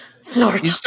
Snort